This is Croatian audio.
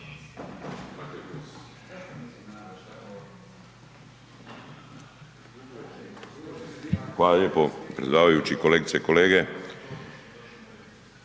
Hvala lijepa predsjedavajući. Kolegice i kolege,